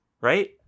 right